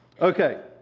Okay